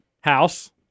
House